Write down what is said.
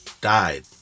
died